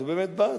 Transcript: אז הוא באמת בא.